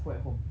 cook at home